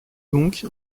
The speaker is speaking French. donc